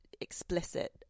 explicit